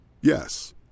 Yes